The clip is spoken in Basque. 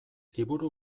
liburu